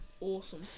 awesome